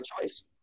choice